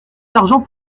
d’argent